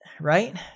right